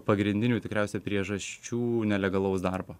pagrindinių tikriausia priežasčių nelegalaus darbo